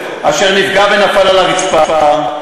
אשר נפגע ונפל על הרצפה.